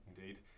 Indeed